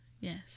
Yes